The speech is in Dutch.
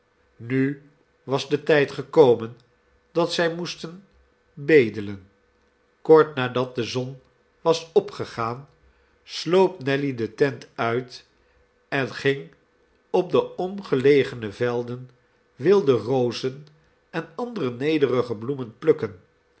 nu was de tijd gekomen dat zij moesten bedelen kort nadat de zon was opgegaan sloop nelly de tent uit en ging op de omgelegene velden wilde rozen en andere nederige bloemen plukken